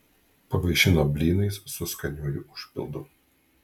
pavaišino blynais su skaniuoju užpildu